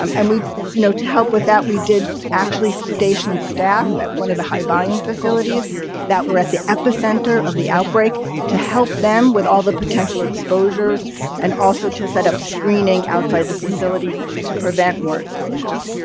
um and we you know, to help with that we did actually station staff at one of the high volume facilities that were at the epicenter of the outbreak to help them with all the potential exposures and also to set up screening outside the facility to prevent more exposures.